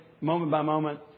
moment-by-moment